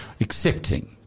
Accepting